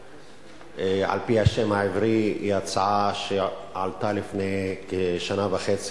על-פי השם העברי היא הצעה שהעלה לפני כשנה וחצי